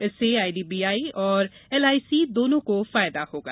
इससे IDBI और LIC दोनों को फायदा होगा